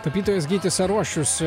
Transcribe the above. tapytojas gytis arošius